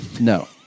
No